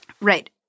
Right